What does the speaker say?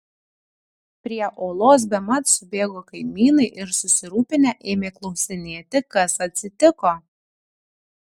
prie olos bemat subėgo kaimynai ir susirūpinę ėmė klausinėti kas atsitiko